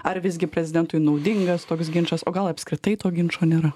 ar visgi prezidentui naudingas toks ginčas o gal apskritai to ginčo nėra